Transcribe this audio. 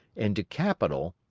into capital,